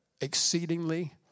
Exceedingly